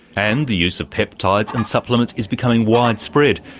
and the use of peptides and supplements is becoming widespread,